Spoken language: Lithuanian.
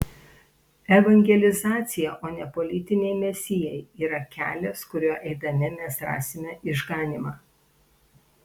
evangelizacija o ne politiniai mesijai yra kelias kuriuo eidami mes rasime išganymą